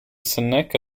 seneca